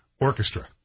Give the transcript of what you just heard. orchestra